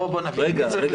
בוא נבהיר מי צריך לדווח.